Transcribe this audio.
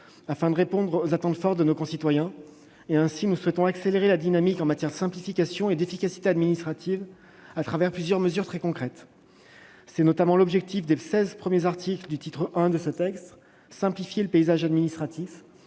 Afin de répondre aux attentes fortes de nos concitoyens, le Gouvernement entend accélérer la dynamique en matière de simplification et d'efficacité administratives, à travers plusieurs mesures très concrètes. L'objet des seize premiers articles du titre I de ce texte est ainsi de simplifier le paysage administratif,